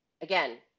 again